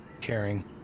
caring